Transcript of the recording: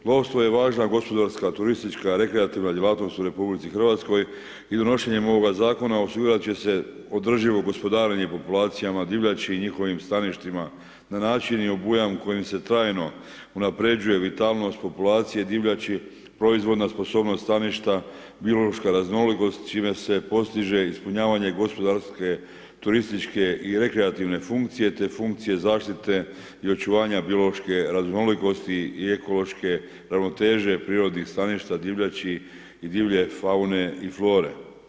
Lovstvo je važna gospodarska, turistička, rekreativna djelatnost u RH i donošenjem ovoga zakona osigurat će se održivo gospodarenje populacijama divljači i njihovim staništima na način i obujam kojim se trajno unaprjeđuje vitalnost populacije divljači, proizvodna sposobnost staništa, biološka raznolikost čime se postiže ispunjavanje gospodarske, turističke i rekreativne funkcije te funkcije zaštite i očuvanja biološke raznolikosti i ekološke ravnoteže prirodnih staništa divljači i divlje faune i flore.